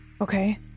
okay